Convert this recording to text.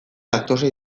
laktosa